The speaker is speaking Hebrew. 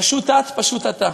פשוט את, פשוט אתה.